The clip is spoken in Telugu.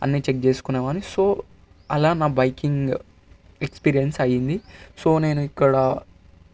అన్ని చెక్ చేసుకునేవాడ్ని సో అలా నా బైకింగ్ ఎక్స్పీరియన్స్ అయింది సో నేనిక్కడ